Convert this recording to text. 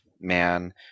man